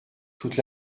toute